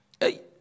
Hey